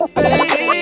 baby